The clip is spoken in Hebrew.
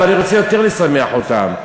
אבל אני רוצה יותר לשמח אותם,